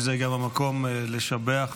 שזה גם המקום לשבח,